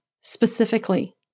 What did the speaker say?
specifically